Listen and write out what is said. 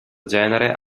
genere